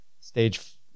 Stage